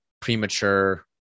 premature